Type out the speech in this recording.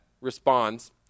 responds